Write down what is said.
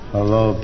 Hello